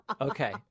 Okay